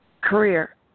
Career